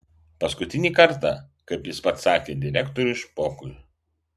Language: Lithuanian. paskutinį kartą kaip jis pats sakė direktoriui špokui